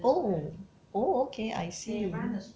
oh oh okay I see